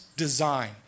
design